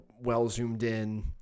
well-zoomed-in